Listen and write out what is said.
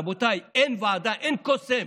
רבותיי, אין ועדה, אין קוסם.